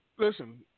Listen